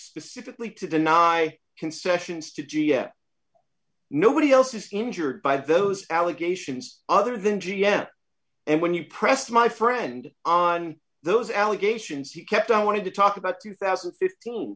specifically to deny concessions to nobody else is injured by those allegations other than g m and when you pressed my friend on those allegations he kept i wanted to talk about two thousand and fifteen